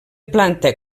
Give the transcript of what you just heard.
planta